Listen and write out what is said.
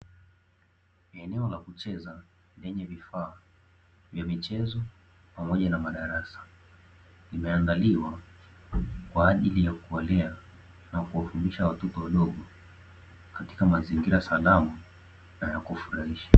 Eneo la kucheza, lenye vifaa vya michezo, pamoja na madarasa imeandaliwa kwa ajili ya kuwalea na kuwafundisha watoto wadogo katika mazingira salama na ya kufurahisha.